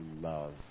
love